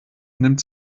nimmt